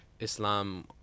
Islam